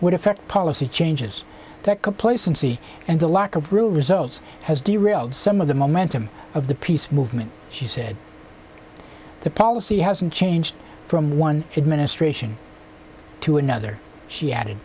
would affect policy changes that complacency and a lack of real results has derailed some of the momentum of the peace movement she said the policy hasn't changed from one administration to another she added